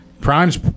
Prime's